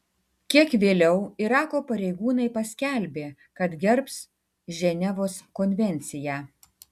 kiek vėliau irako pareigūnai paskelbė kad gerbs ženevos konvenciją